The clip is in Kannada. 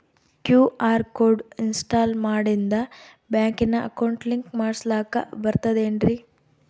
ಕ್ಯೂ.ಆರ್ ಕೋಡ್ ಇನ್ಸ್ಟಾಲ ಮಾಡಿಂದ ಬ್ಯಾಂಕಿನ ಅಕೌಂಟ್ ಲಿಂಕ ಮಾಡಸ್ಲಾಕ ಬರ್ತದೇನ್ರಿ